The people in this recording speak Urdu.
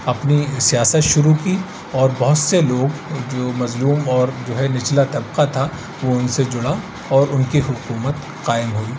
اپنی سیاست شروع کی اور بہت سے لوگ جو مظلوم اور جو ہے نچلا طبقہ تھا وہ ان سے جڑا اور ان کی حکومت قائم ہوئی